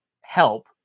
help